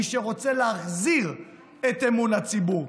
מי שרוצה להחזיר את אמון הציבור,